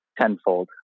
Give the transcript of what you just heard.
tenfold